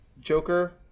Joker